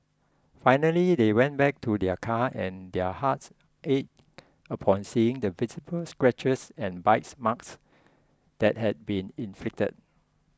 finally they went back to their car and their hearts ached upon seeing the visible scratches and bite marks that had been inflicted